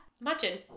Imagine